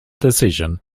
decision